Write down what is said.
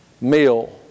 meal